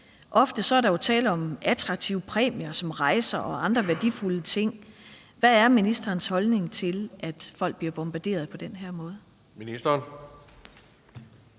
Ofte er der tale om attraktive præmier som rejser og andre værdifulde ting. Hvad er ministerens holdning til, at folk bliver bombarderet på den her måde? Kl.